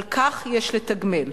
על כך שיש לתגמל.